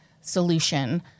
solution